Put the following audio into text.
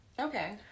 Okay